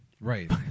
Right